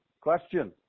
Question